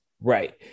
Right